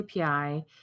api